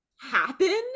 happen